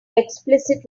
explicit